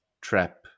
trap